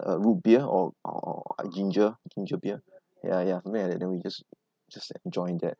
a root beer or or ginger ginger beer ya ya something like that then we just just enjoy that